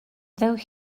though